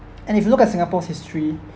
and if you look at singapore's history